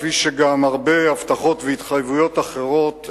כפי שגם הרבה הבטחות והתחייבויות אחרות,